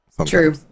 True